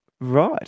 Right